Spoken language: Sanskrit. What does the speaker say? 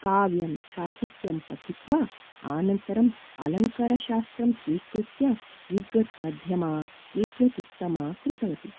काव्यं साहित्यं पठित्वा आनन्तरम् अलङ्कारशास्त्रं स्वीकृत्य विद्वद् मध्यमा विद्वद् उत्तमा कृतवती